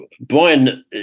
Brian